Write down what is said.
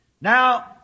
Now